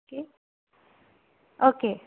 okay okay